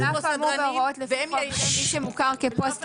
על אף האמור בהוראות לפי חוק הנכים מי שמוכר כפוסט